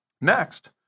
Next